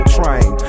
Train